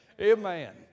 Amen